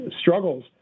struggles